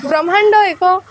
ବ୍ରହ୍ମାଣ୍ଡ ଏକ